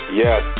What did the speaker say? yes